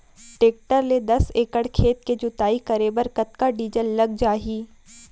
Tractor ले दस एकड़ खेत के जुताई करे बर कतका डीजल लग जाही?